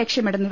ലക്ഷ്യമിടുന്നത്